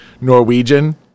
norwegian